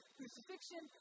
crucifixion